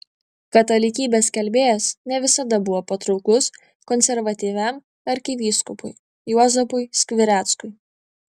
katalikybės skelbėjas ne visada buvo patrauklus konservatyviam arkivyskupui juozapui skvireckui